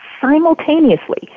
simultaneously